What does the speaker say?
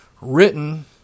written